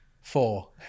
Four